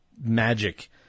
magic